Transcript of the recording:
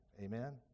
Amen